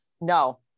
no